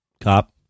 Cop